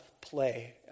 play